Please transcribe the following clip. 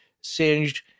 singed